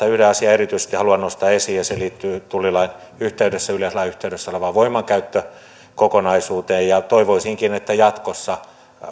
yhden asian erityisesti haluan nostaa esiin ja se liittyy tullilain yhteydessä yleislain yhteydessä olevaan voimankäyttökokonaisuuteen ja toivoisinkin että jatkossa